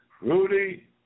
Rudy